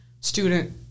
student